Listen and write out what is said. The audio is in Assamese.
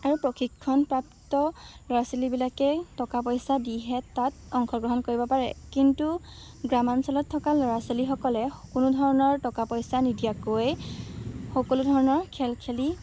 আৰু প্ৰশিক্ষণপ্ৰাপ্ত ল'ৰা ছোৱালীবিলাকে টকা পইচা দিহে তাত অংশগ্ৰহণ কৰিব পাৰে কিন্তু গ্ৰামাঞ্চলত থকা ল'ৰা ছোৱালীসকলে কোনো ধৰণৰ টকা পইচা নিদিয়াকৈ সকলো ধৰণৰ খেল খেলি